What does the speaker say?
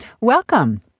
Welcome